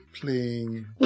playing